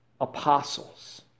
apostles